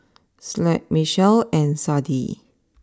Slade Michell and Sadie